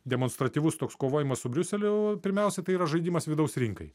demonstratyvus toks kovojimas su briuseliu pirmiausia tai yra žaidimas vidaus rinkai